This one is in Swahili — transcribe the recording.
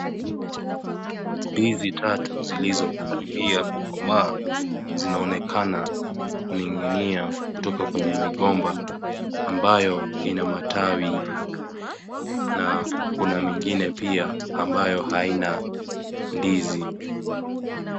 Ndizi tatu zilizokaribia kukomaa zinaonekana kuning'inia kutoka kwenye migomba ambayo ina matawi na kuna mengine pia ambayo haina ndizi.